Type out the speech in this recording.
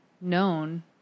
known